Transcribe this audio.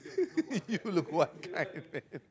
you look one kind man